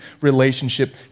relationship